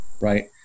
right